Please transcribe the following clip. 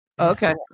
Okay